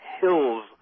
Hills